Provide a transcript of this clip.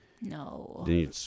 No